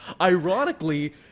ironically